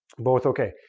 both okay.